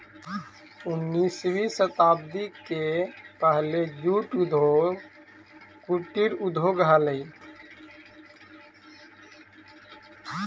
उन्नीसवीं शताब्दी के पहले जूट उद्योग कुटीर उद्योग हलइ